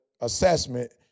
assessment